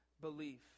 belief